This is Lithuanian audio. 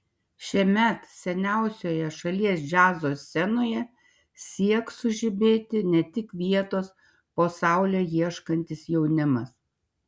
šiemet seniausioje šalies džiazo scenoje sieks sužibėti ne tik vietos po saule ieškantis jaunimas